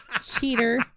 Cheater